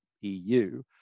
EU